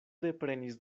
deprenis